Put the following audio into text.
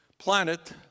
planet